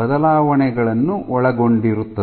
ಬದಲಾವಣೆಗಳನ್ನು ಒಳಗೊಂಡಿರುತ್ತದೆ